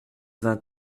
vingt